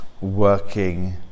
working